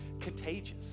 contagious